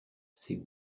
ces